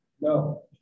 No